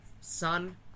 sun